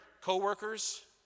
co-workers